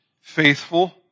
faithful